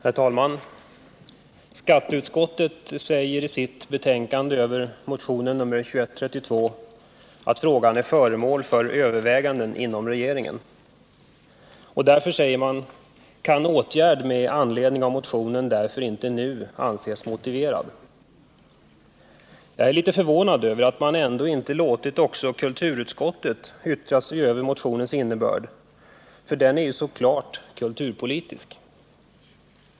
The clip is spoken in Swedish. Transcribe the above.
Fru talman! Skatteutskottet säger i sitt betänkande över motionen 1978/79:2132 att den fråga som nu behandlas är föremål för överväganden inom regeringen. Åtgärd med anledning av motionen kan därför inte nu anses motiverad, säger man. Jag är litet förvånad över att man ändå inte låtit också kulturutskottet yttra sig över motionen, eftersom dess innebörd är så klart kulturpolitisk.